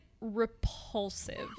repulsive